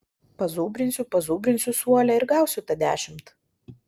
pazubrinsiu pazubrinsiu suole ir gausiu tą dešimt